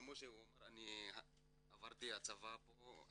כמו שהוא אמר, עברתי את הצבא פה.